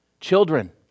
Children